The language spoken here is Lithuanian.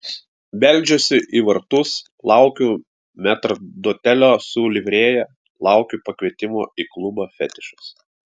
beldžiuosi į vartus laukiu metrdotelio su livrėja laukiu pakvietimo į klubą fetišas